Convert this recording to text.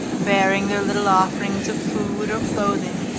bearing their little offerings of food or clothing,